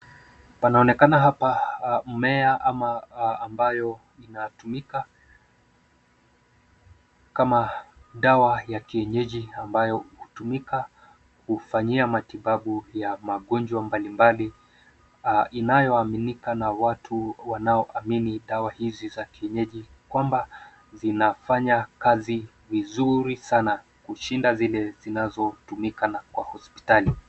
Panaonekana hapa mmea ambayo inatumika kama dawa ya kienyeji; ambayo inatumika kufanyia matibabu ya magonjwa mbalimbali inayoaminika na watu wanaoamini dawa hizi za kienyeji, kwamba zinafanya kazi vizuri sana kushinda zile zinazotumika kwa hospitali.